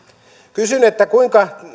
kysyn kuinka